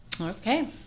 Okay